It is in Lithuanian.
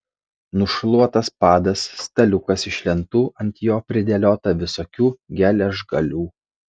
nušluotas padas staliukas iš lentų ant jo pridėliota visokių geležgalių